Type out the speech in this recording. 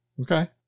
Okay